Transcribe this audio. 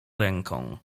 ręką